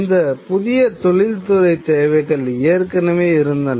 இந்த புதிய தொழில்துறை தேவைகள் ஏற்கனவே இருந்தன